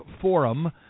Forum